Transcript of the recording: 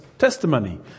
testimony